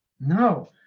No